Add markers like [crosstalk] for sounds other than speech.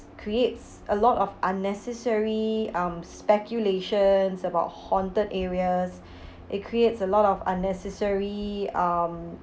creates a lot of unnecessary um speculations about haunted areas [breath] it creates a lot of unnecessary um